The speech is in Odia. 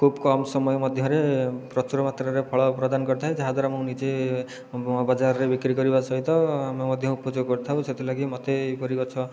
ଖୁବ୍ କମ୍ ସମୟ ମଧ୍ୟରେ ପ୍ରଚୁର ମାତ୍ରାରେ ଫଳ ପ୍ରଦାନ କରିଥାଏ ଯାହା ଦ୍ୱାରା ମୁଁ ନିଜେ ବଜାରରେ ବିକ୍ରି କରିବା ସହିତ ଆମେ ମଧ୍ୟ ଉପଯୋଗ କରିଥାଉ ସେଥିଲାଗି ମୋତେ ଏହିପରି ଗଛ